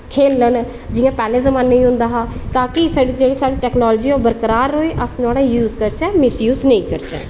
खेल्लन जियां पैह्ले जमानै ई होंदा हा ताकी जेह्ड़ी टेक्नोलॉज़ी ऐ ओह् बरकरार रवै नुहाड़ा यूज़ करचै मिस य़ूज़ नेईं करचै